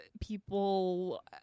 people